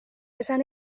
esan